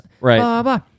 right